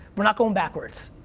we're not going backwards.